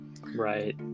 Right